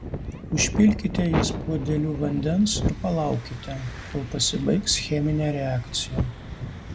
užpilkite jas puodeliu vandens ir palaukite kol pasibaigs cheminė reakcija